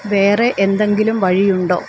വേറെ എന്തെങ്കിലും വഴിയുണ്ടോ